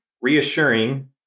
reassuring